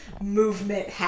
movement